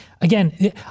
again